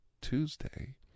Tuesday